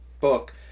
book